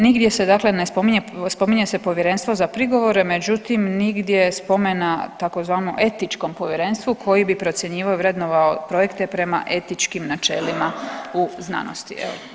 Nigdje se, dakle ne spominje, spominje se Povjerenstvo za prigovore, međutim nigdje spomena tzv. etičkom povjerenstvu koji bi procjenjivao i vrednovao projekte prema etičkim načelima au znanosti.